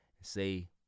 say